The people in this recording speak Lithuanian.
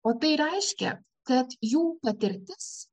o tai reiškia kad jų patirtis